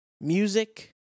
music